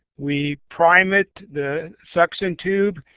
we prime it the suction tube